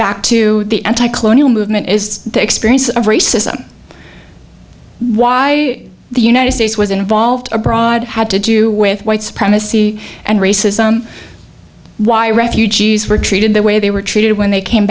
back to the anti colonial movement is the experience of racism why the united states was involved abroad had to do with white supremacy and racism why refugees were treated the way they were treated when